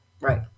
right